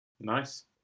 Nice